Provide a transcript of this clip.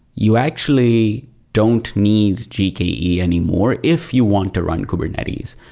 you actually don't need gke anymore if you want to run kubernetes.